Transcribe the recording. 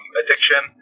addiction